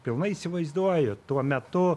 pilnai įsivaizduoju tuo metu